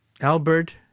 Albert